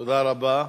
תודה רבה.